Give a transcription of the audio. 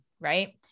right